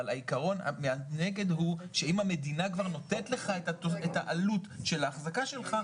אבל העיקרון נגד הוא שאם המדינה כבר נותנת לך את העלות של האחזקה שלך,